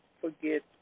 forget